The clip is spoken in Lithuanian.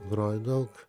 groju daug